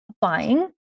buying